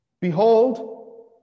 Behold